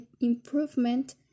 improvement